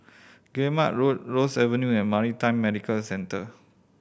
Guillemard Road Ross Avenue and Maritime Medical Centre